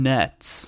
Nets